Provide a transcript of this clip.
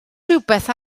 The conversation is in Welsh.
rhywbeth